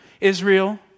Israel